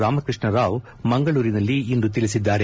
ರಾಮಕೃಷ್ಣ ರಾವ್ ಮಂಗಳೂರಿನಲ್ಲಿಂದು ತಿಳಿಸಿದ್ದಾರೆ